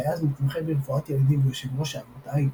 שהיה אז מתמחה ברפואת ילדים ויו״ר העמותה,